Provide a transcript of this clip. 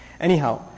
Anyhow